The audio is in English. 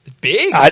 Big